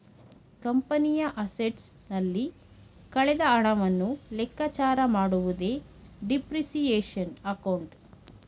ಕಂಪನಿಯ ಅಸೆಟ್ಸ್ ನಲ್ಲಿ ಕಳೆದ ಹಣವನ್ನು ಲೆಕ್ಕಚಾರ ಮಾಡುವುದೇ ಡಿಪ್ರಿಸಿಯೇಶನ್ ಅಕೌಂಟ್